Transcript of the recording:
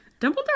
Dumbledore